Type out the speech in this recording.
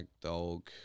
Dog